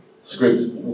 script